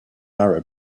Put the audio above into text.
arab